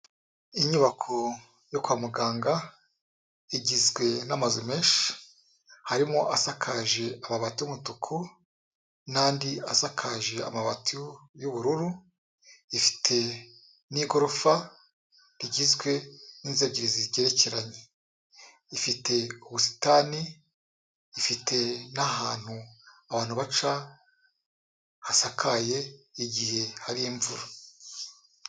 Inyubako yo kwa muganga igizwe n'amazu menshi, harimo asakaje amabati y'umutuku umutuku n'andi asakaje amabati y'ubururu, ifite n'igorofa rigizwe n'inzu ebyiri zigerekeranye, ifite ubusitani, ifite n'ahantu abantu baca hasakaye n'igihe hari imvura.